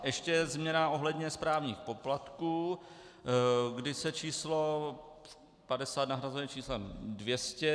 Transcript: Ještě změna ohledně správních poplatků, kdy se číslo 50 nahrazuje číslem 200.